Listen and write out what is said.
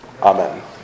amen